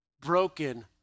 broken